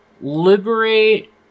liberate